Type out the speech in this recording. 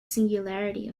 singularity